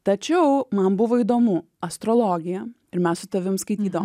tačiau man buvo įdomu astrologija ir mes su tavim skaitydavom